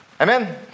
Amen